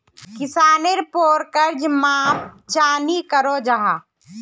किसानेर पोर कर्ज माप चाँ नी करो जाहा?